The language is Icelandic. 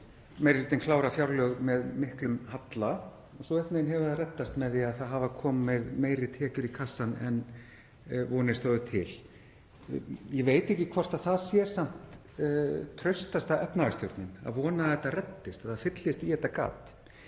meiri hlutinn klárað fjárlög með miklum halla en svo einhvern veginn hefur það reddast með því að það hafa komið meiri tekjur í kassann en vonir stóðu til. Ég veit ekki hvort það sé samt traustasta efnahagsstjórnin, að vona að þetta reddist og það fyllist í þetta gat.